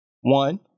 one